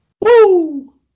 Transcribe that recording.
Woo